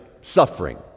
suffering